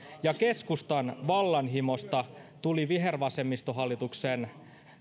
ja keskustan vallanhimosta tuli vihervasemmistohallituksen